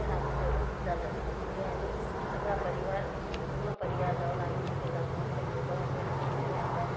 पण आम्ही जरूर जात असतो तिथे आणि सगळा परिवार पूर्ण परिवार जाऊन आम्ही तिथं नतमस्तक होतो आणि आनंदाने आपल्या